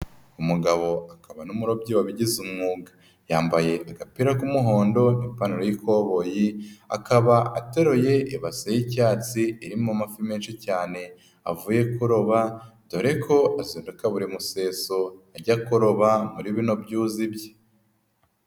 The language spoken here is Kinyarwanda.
Umugabo akaba n'umurobyi wabigize umwuga, yambaye agapira k'umuhondo n'ipantaro y'ikoboyi akaba ateruye ibase y'icyatsi irimo amafi menshi cyane avuye kuroba, dore ko aseduka buri museso ajya kuroba muri bino byuzi ibye.